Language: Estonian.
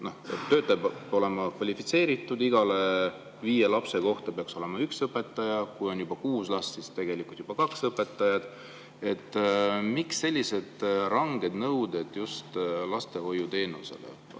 et töötaja peab olema kvalifitseeritud, iga viie lapse kohta peaks olema üks õpetaja, kui on kuus last, siis tegelikult juba kaks õpetajat. Miks selliseid rangeid nõudeid just lastehoiuteenusele